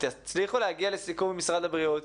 תצליחו להגיע לסיכום עם משרד הבריאות.